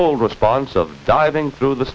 all response of diving through the